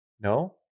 No